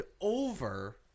over